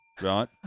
Right